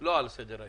לא על סדר היום.